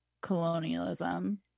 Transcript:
colonialism